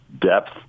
depth